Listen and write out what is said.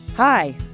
Hi